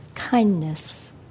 Kindness